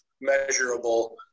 measurable